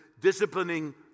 disciplining